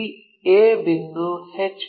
ಈ A ಬಿಂದು H